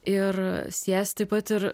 ir siejas pat ir